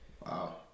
Wow